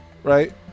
Right